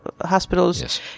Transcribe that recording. Hospitals